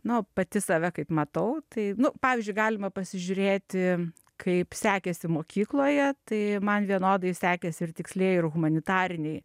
nu pati save kaip matau tai nu pavyzdžiui galima pasižiūrėti kaip sekėsi mokykloje tai man vienodai sekėsi ir tikslieji ir humanitariniai